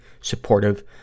supportive